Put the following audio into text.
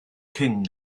king